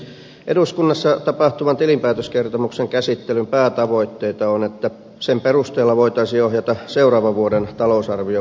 eduskunnassa tapahtuvan tilinpäätöskertomuksen käsittelyn päätavoitteita on että sen perusteella voitaisiin ohjata seuraavan vuoden talousarvion valmistelua